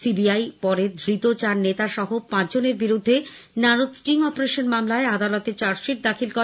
CBI পরে ধৃত চার নেতা সহ পাঁচজনের বিরুদ্ধে নারদ স্ট্রিং অপারেশন মামলায় আদালতে চার্জশিট দাখিল করে